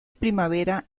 primavera